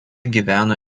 gyveno